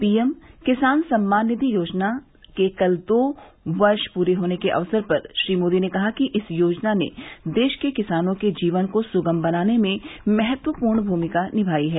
PM किसान सम्मान निधि योजना के कल दो वर्ष पूरे होने के अवसर पर श्री मोदी ने कहा कि इस योजना ने देश के किसानों के जीवन को सुगम बनाने में महत्वपूर्ण भूमिका निमाई है